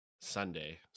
Sunday